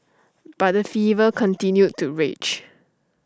but the fever continued to rage